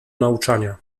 nauczania